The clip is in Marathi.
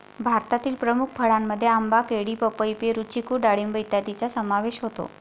भारतातील प्रमुख फळांमध्ये आंबा, केळी, पपई, पेरू, चिकू डाळिंब इत्यादींचा समावेश होतो